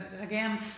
again